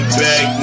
back